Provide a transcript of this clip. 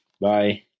Bye